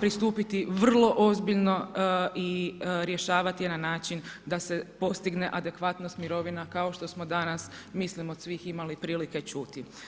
pristupiti vrlo ozbiljno i rješavati je na način da se postigne adekvatnost mirovina kao što smo danas mislim od svih imali prilike čuti.